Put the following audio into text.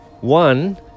one